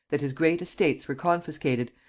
that his great estates were confiscated,